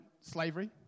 slavery